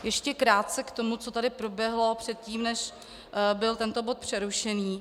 Ještě krátce k tomu, co tady proběhlo předtím, než byl tento bod přerušený.